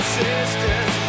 sisters